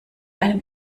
einem